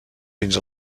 fins